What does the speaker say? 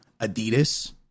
Adidas